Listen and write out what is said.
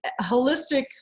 holistic